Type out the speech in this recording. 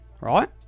right